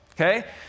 okay